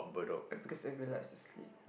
because everybody likes to sleep